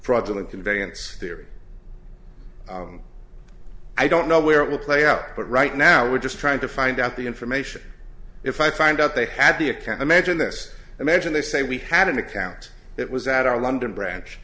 fraudulent conveyance theory i don't know where it will play out but right now we're just trying to find out the information if i find out they had the a can't imagine this imagine they say we had an account that was at our london branch